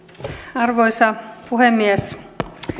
arvoisa puhemies